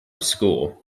score